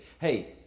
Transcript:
Hey